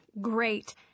Great